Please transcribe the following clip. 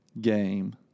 game